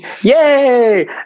Yay